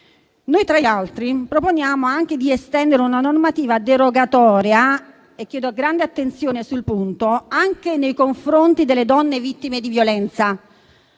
Noi, tra gli altri, proponiamo anche di estendere una normativa derogatoria - chiedo grande attenzione sul punto - anche nei confronti delle donne vittime di violenza.